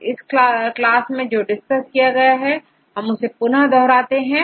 तो इस क्लास में जो डिस्कस किया गया हैउसे दोहराते हैं